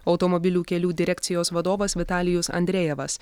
automobilių kelių direkcijos vadovas vitalijus andrejevas